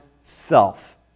self